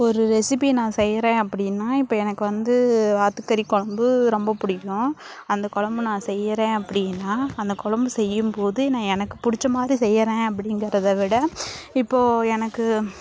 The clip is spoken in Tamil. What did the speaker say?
ஒரு ரெசிபி நான் செய்யறேன் அப்படீன்னா இப்போ எனக்கு வந்து வாத்து கறி குழம்பு எனக்கு ரொம்ப பிடிக்கும் அந்த குழம்பு நான் செய்யறேன் அப்படீன்னா அந்த குழப்பு செய்யும்போது நான் எனக்கு பிடிச்சமாரி செய்யறேன் அப்படிங்கிறத விட இப்போ எனக்கு